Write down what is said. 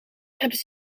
hebben